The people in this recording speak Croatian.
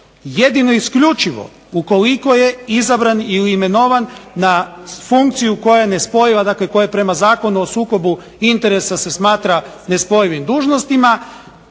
jedino i isključivo ukoliko je izabran ili imenovan na funkciju koja je nespojiva, dakle koja je prema Zakonu o sukobu interesa se smatra nespojivim dužnostima